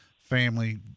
family